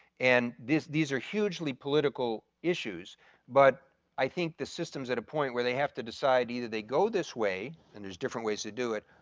and these are hugely political issues but i think the system's at a point where they have to decide either they go this way, and there's different ways to do it,